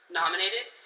nominated